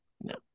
No